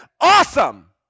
Awesome